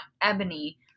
Ebony